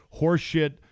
horseshit